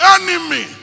enemy